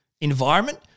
environment